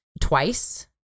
twice